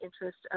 interest